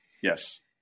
Yes